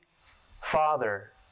Father